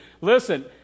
Listen